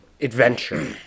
adventure